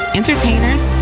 entertainers